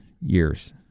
years